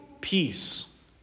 peace